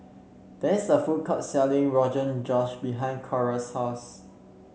there is a food court selling Rogan Josh behind Coral's house